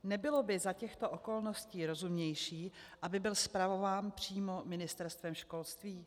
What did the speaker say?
Nebylo by za těchto okolností rozumnější, aby byl spravován přímo Ministerstvem školství?